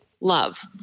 love